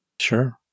Sure